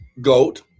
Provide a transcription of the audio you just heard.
goat